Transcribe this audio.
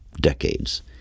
decades